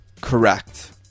Correct